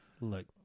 Look